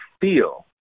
feel